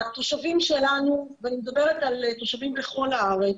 התושבים שלנו, ואני מדברת על תושבים בכל הארץ,